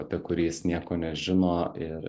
apie kurį jis nieko nežino ir